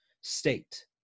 state